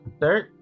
Third